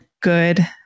good